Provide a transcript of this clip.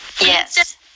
yes